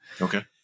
Okay